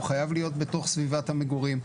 הוא חייב להיות בתוך סביבת המגורים.